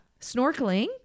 Snorkeling